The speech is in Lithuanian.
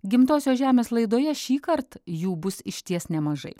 gimtosios žemės laidoje šįkart jų bus išties nemažai